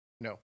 No